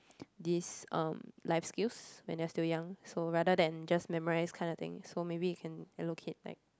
this um life skills when they are still young so rather than just memorize kind of thing so maybe you can allocate like